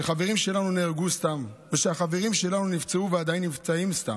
שחברים שלנו נהרגו סתם ושחברים שלנו נפצעו ועדיין נפצעים סתם.